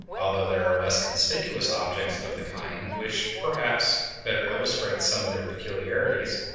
although there are less conspicuous objects of the kind which, perhaps, better illustrate some of their peculiarities.